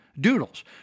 doodles